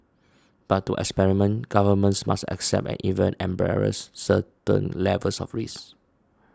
but to experiment governments must accept and even embrace certain levels of risk